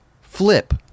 flip